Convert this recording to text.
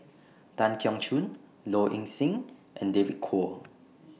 Tan Keong Choon Low Ing Sing and David Kwo